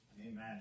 Amen